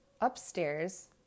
upstairs